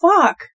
fuck